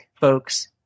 folks